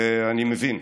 ואני מבין,